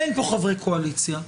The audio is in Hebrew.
אין פה חברי קואליציה.